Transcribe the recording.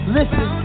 Listen